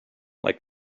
like